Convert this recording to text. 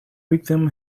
victim